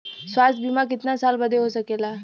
स्वास्थ्य बीमा कितना साल बदे हो सकेला?